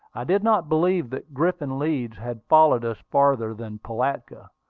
i did not believe that griffin leeds had followed us farther than pilatka,